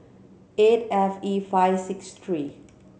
eight F E five six three